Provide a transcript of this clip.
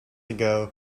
ago